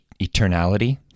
eternality